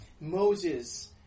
Moses